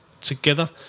together